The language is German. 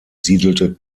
siedelte